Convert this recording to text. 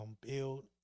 build